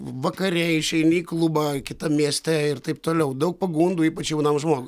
vakare išeini į klubą kitam mieste ir taip toliau daug pagundų ypač jaunam žmogui